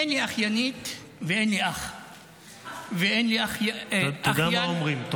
אין לי אחיינית ואין לי אח ואין לי אחיין, היו"ר